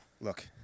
Look